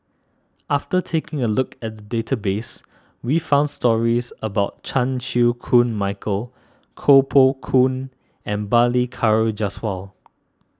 after taking a look at the database we found stories about Chan Chew Koon Michael Koh Poh Koon and Balli Kaur Jaswal